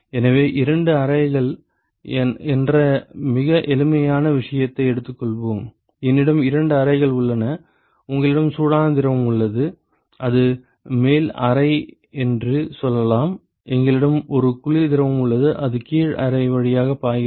எனவே இரண்டு அறைகள் என்ற மிக எளிமையான விஷயத்தை எடுத்துக் கொள்வோம் என்னிடம் இரண்டு அறைகள் உள்ளன உங்களிடம் சூடான திரவம் உள்ளது அது மேல் அறை என்று சொல்லலாம் எங்களிடம் ஒரு குளிர் திரவம் உள்ளது அது கீழ் அறை வழியாக பாய்கிறது